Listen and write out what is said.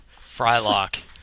Frylock